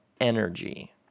energy